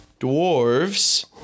dwarves